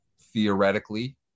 theoretically